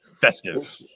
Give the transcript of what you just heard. festive